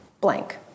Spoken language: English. blank